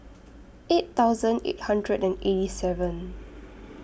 eight thousand eight hundred and eighty seven